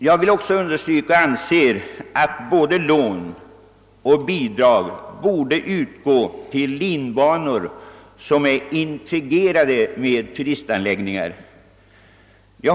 Jag vill också framhålla att både lån och bidrag borde utgå för linbanor som är integrerade med turistanläggningar.